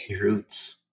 roots